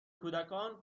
کودکان